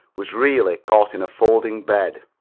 was really caught in a folding bed.